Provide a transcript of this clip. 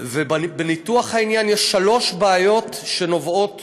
בניתוח העניין יש שלוש בעיות שנובעות